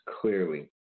clearly